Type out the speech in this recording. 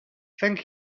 thank